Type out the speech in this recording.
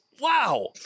Wow